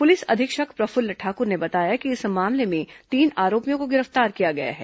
police अधीक्षक प्रफुल्ल ठाकुर ने बताया कि इस मामले में तीन आरोपियों को गिरफ्तार किया गया है